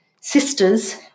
sisters